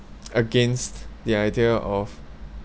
against the idea of